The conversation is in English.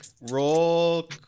Roll